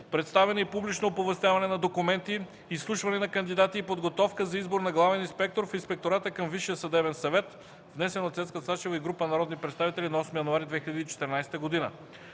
представяне и публично оповестяване на документи, изслушване на кандидати и подготовка за избор на главен инспектор в Инспектората към Висшия съдебен съвет, внесен от Цецка Цачева и група народни представители на 8 януари 2014 г.